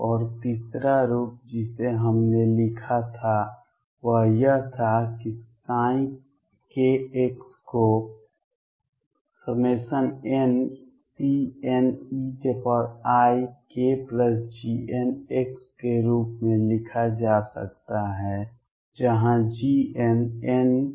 और तीसरा रूप जिसे हमने लिखा था वह यह था कि k को nCneikGnx के रूप में लिखा जा सकता है जहां Gn n2πa है